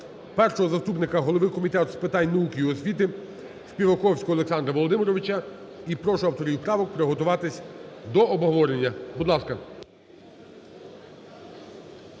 першого заступника голови Комітету з питань науки і освіти Співаковського Олександра Володимировича. І прошу авторів правок приготуватися до обговорення. Будь ласка.